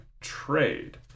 trade